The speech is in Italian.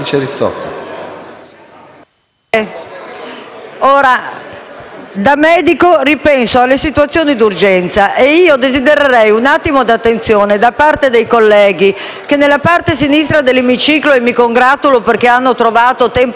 da medico ripenso alle situazioni di urgenza. Desidererei un attimo di attenzione da parte dei colleghi della parte sinistra dell'Emiciclo, con i quali mi congratulo perché hanno trovato temporaneamente un accordo su una legge che farà molto male al Paese, ma forse bene a loro perché